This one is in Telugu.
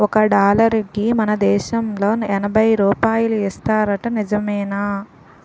ఒక డాలరుకి మన దేశంలో ఎనబై రూపాయలు ఇస్తారట నిజమేనా